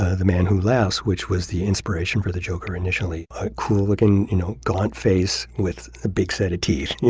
the the man who laughs which was the inspiration for the joker initially a cool looking you know gaunt face with a big set of teeth. yeah